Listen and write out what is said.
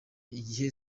igihe